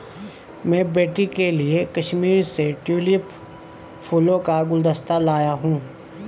मैं बेटी के लिए कश्मीर से ट्यूलिप फूलों का गुलदस्ता लाया हुं